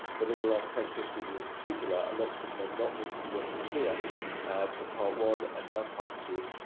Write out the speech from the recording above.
but in the last ten, fifteen years in particular, a lot's been done, not least the work of sphere for part one and now part two.